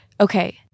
okay